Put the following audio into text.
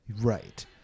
Right